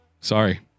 Sorry